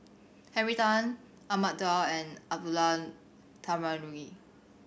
Henry Tan Ahmad Daud and Abdullah Tarmugi